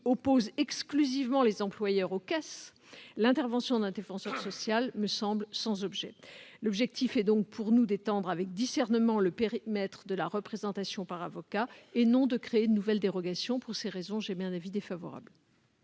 oppose exclusivement les employeurs aux caisses, l'intervention d'un défenseur social me semble sans objet. L'objectif est pour nous d'étendre avec discernement le périmètre de la représentation par avocat et non de créer une nouvelle dérogation. Pour ces raisons, j'émets un avis défavorable